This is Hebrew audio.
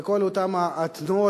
וכל אותן התנועות